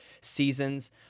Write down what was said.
seasons